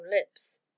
lips